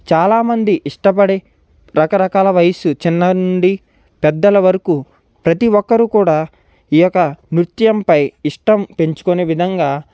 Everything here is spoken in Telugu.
చాలా మంది ఇష్టపడే రకరకల వయస్సు చిన్న నుండి పెద్దల వరకు ప్రతీ ఒక్కరూ కూడా ఈ యొక్క నృత్యంపై ఇష్టం పెంచుకునే విధంగా